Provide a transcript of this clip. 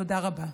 תודה רבה.